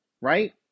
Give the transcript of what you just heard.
right